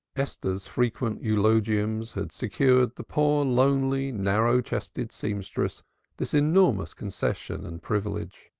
esther's frequent eulogiums had secured the poor lonely narrow-chested seamstress this enormous concession and privilege.